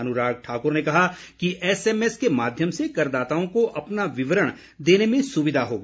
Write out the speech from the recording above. अनुराग ठाकर ने कहा कि एसएमएस के माध्यम से करदाताओं को अपना विवरण देने में सुविधा होगी